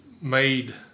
made